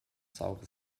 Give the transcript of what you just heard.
saure